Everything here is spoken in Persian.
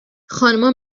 خانوما